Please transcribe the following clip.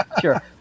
Sure